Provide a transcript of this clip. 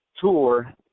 tour